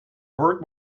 work